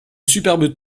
superbes